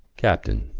captain,